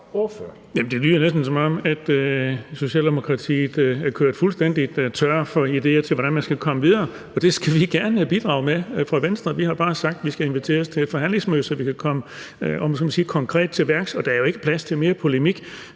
Det lyder næsten, som om Socialdemokratiet er kørt fuldstændig tør for idéer til, hvordan man skal komme videre, og det skal vi i Venstre gerne bidrage med. Vi har bare sagt, at vi skal inviteres til et forhandlingsmøde, så vi kan komme, om man så må sige, konkret til værks. Og der er jo ikke plads til mere polemik.